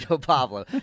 Pablo